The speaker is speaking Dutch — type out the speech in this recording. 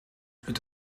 het